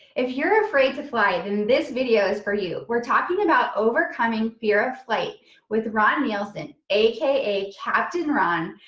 if you're afraid to fly, then this video is for you. we're talking about overcoming fear of flight with ron nielsen aka captain ron,